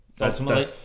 ultimately